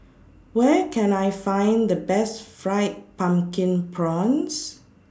Where Can I Find The Best Fried Pumpkin Prawns